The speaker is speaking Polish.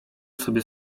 sobie